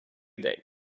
день